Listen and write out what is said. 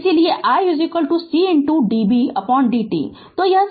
Refer Slide Time 0844 इसलिए i C db dt